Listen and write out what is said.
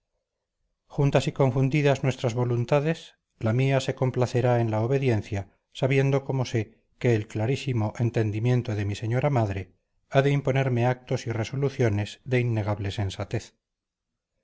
juntas y confundidas nuestras voluntades la mía se complacerá en la obediencia sabiendo como sé que el clarísimo entendimiento de mi señora madre ha de imponerme actos y resoluciones de innegable sensatez